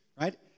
right